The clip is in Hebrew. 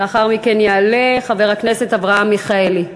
לאחר מכן יעלה חבר הכנסת אברהם מיכאלי.